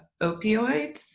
opioids